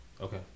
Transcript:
Okay